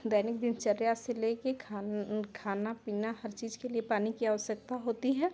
दैनिक दिनचर्या से लेकर खान खाना पीना हर चीज़ के लिए पानी की आवश्यकता होती है